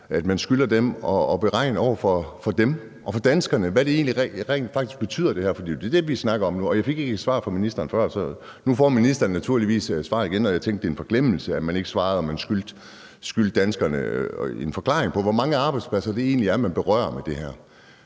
opmærksom på – at beregne over for dem og over for danskerne, hvad det her egentlig rent faktisk betyder. For det er jo det, vi snakker om nu, og jeg fik ikke et svar fra ministeren før. Nu får ministeren naturligvis mulighed for at svare igen, og jeg tænker, det var en forglemmelse, at man ikke svarede på, om man skyldte danskerne en forklaring på, hvor mange arbejdspladser det egentlig er, man berører med det her.